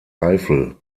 eifel